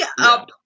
up